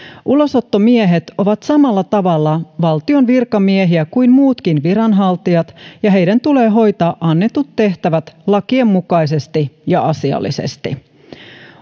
ulosottomiehet ovat samalla tavalla valtion virkamiehiä kuin muutkin viranhaltijat ja heidän tulee hoitaa annetut tehtävät lakien mukaisesti ja asiallisesti